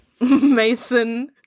Mason